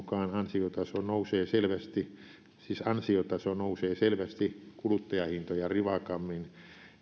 mukaan ansiotaso nousee selvästi siis ansiotaso nousee selvästi kuluttajahintoja rivakammin